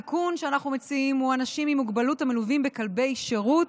התיקון שאנחנו מציעים הוא אנשים עם מוגבלות המלווים בכלבי שירות,